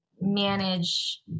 manage